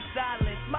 silence